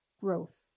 growth